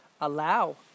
allow